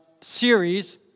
series